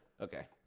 Okay